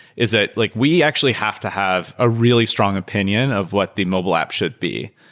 is that like we actually have to have a really strong opinion of what the mobile app should be.